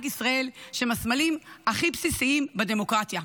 ישראל שהם הסמלים הכי בסיסיים בדמוקרטיה.